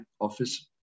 office